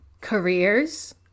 careers